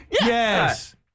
Yes